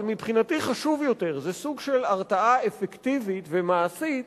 אבל מבחינתי חשוב יותר: זה סוג של הרתעה אפקטיבית ומעשית,